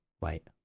Wait